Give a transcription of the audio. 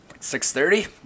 6.30